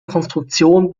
konstruktion